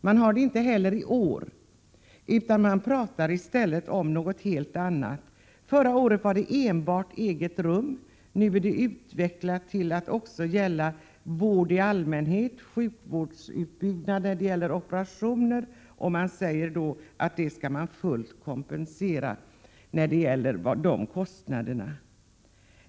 Man har det inte heller i år utan talar i stället om någonting helt annat. Förra året gällde det enbart eget rum. Nu är det utvecklat till att också gälla vård i allmänhet och en sjukvårdsutbyggnad när det gäller operationer där man säger att man vill kompensera dessa kostnader fullt ut.